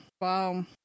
Wow